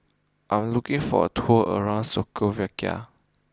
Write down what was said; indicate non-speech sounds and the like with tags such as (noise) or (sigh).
I'm looking for a tour around (unintelligible)